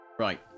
Right